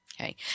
okay